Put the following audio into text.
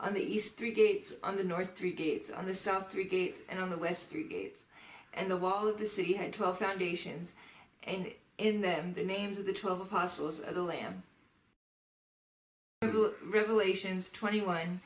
and the east three gates on the north three gates on the south three gates and on the west gates and the wall of the city had twelve foundations and in them the names of the twelve apostles of the lamb revelations twenty one